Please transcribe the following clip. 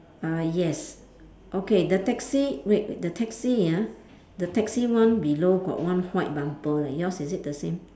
uh yes okay the taxi wait the taxi ah the taxi one below got one white bumper leh yours is it the same